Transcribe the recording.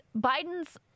Biden's